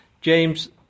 James